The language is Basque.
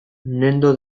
nendo